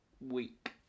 week